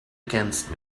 against